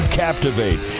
captivate